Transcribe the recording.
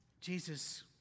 Jesus